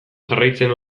jarraitzen